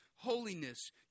Holiness